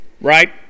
Right